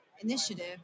initiative